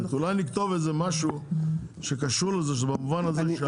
אולי נכתבו איזה משהו שקשור לזה במובן הזה.